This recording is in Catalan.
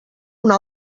una